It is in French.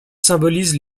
symbolisent